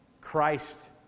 Christ